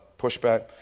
pushback